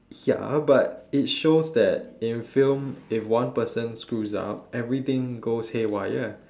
ya but it shows that in film if one person screws up everything goes haywire